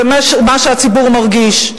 זה מה שהציבור מרגיש.